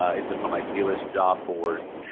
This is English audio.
ah is it from idealist job boards?